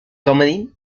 comedy